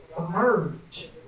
emerge